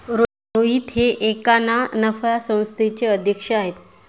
रोहित हे एका ना नफा संस्थेचे अध्यक्ष आहेत